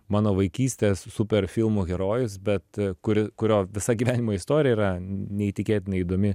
mano vaikystės super filmų herojus bet kuri kurio visa gyvenimo istorija yra neįtikėtinai įdomi